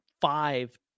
five